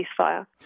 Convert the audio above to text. ceasefire